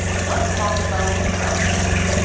let's talk about ralph bakshi.